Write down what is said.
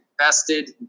invested